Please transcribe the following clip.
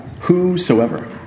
Whosoever